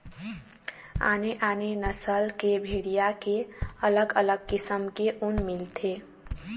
आने आने नसल के भेड़िया के अलग अलग किसम के ऊन मिलथे